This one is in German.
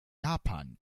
japan